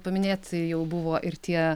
paminėti jau buvo ir tie